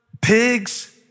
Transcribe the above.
pigs